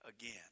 again